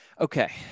okay